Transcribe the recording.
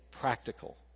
practical